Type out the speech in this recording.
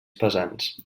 pesants